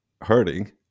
hurting